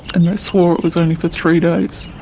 and they swore it was only for three days.